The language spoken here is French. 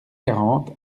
quarante